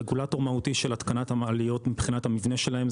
רגולטור מהותי של התקנת מעליות מבחינת המבנה שלהם,